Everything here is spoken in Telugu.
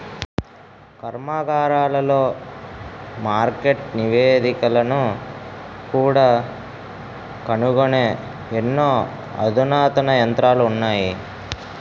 కర్మాగారాలలో మార్కెట్ నివేదికలను కూడా కనుగొనే ఎన్నో అధునాతన యంత్రాలు ఉన్నాయి